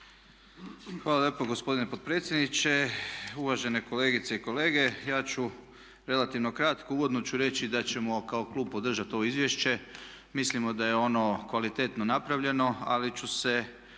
Hvala lijepo gospodine potpredsjedniče. Uvažene kolegice i kolege ja ću relativno kratko. Uvodno ću reći da ćemo kao klub podržati ovo izvješće. Mislimo da je ono kvalitetno napravljeno ali ću se